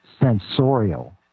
sensorial